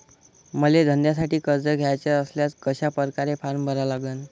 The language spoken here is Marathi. मले धंद्यासाठी कर्ज घ्याचे असल्यास कशा परकारे फारम भरा लागन?